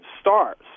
stars